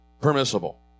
permissible